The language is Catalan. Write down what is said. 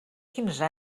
quinze